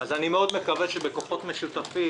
אז אני מאד מקווה שבכוחות משותפים